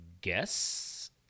guess